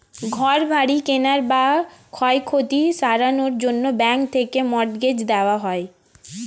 ঘর বাড়ি কেনার বা ক্ষয়ক্ষতি সারানোর জন্যে ব্যাঙ্ক থেকে মর্টগেজ দেওয়া হয়